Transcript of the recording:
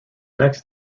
next